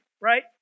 right